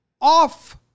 off